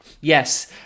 Yes